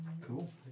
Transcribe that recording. cool